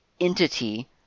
entity